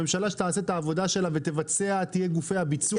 הממשלה שתעשה את העבודה שלה ותהיה גוף הביצוע.